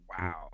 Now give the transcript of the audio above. Wow